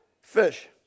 fish